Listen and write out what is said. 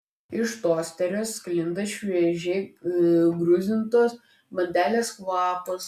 iš tosterio sklinda šviežiai skrudinamos bandelės kvapas